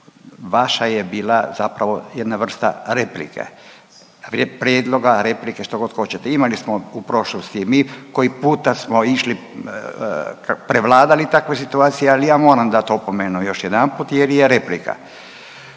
vaša je bila zapravo jedna vrsta replike, prijedloga, replike štogod hoćete. Imali smo u prošlosti i mi koji puta smo išli prevladali takve situacije, ali ja moram dat opomenu još jedanput jer je replika.